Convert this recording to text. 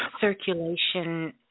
circulation